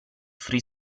free